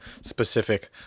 specific